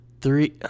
three